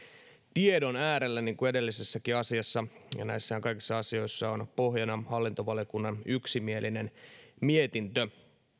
tiedon äärellä niin kuin edellisessäkin asiassa ja näissä kaikissa asioissahan on pohjana hallintovaliokunnan yksimielinen mietintö